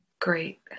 great